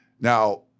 now